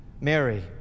Mary